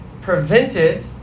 prevented